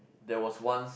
there was once